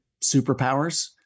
superpowers